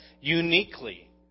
uniquely